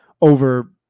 over